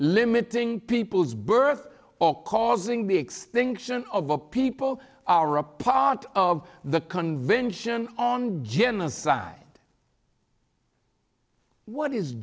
limiting peoples birth or causing the extinction of our people are a part of the convention on genocide what is